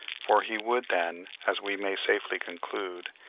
for he would then, as we may safely conclude,